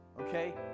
Okay